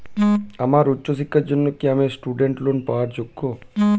আমার উচ্চ শিক্ষার জন্য কি আমি স্টুডেন্ট লোন পাওয়ার যোগ্য?